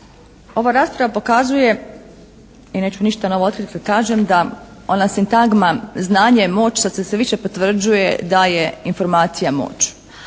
Ova rasprava pokazuje i neću ništa novo otkriti kad kažem da ona sintagma: «Znanje je moć» sad se sve više potvrđuje da je informacija moć.